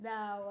Now